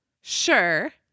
Sure